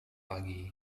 pagi